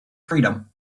freedom